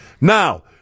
Now